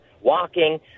walking